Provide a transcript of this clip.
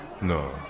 No